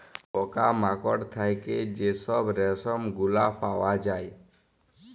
পকা মাকড় থ্যাইকে যে ছব রেশম গুলা পাউয়া যায়